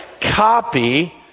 copy